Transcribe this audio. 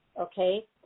okay